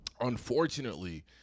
unfortunately